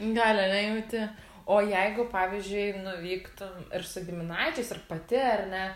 gali a ne jauti o jeigu pavyzdžiui nuvyktum ir su giminaičiais ir pati ar ne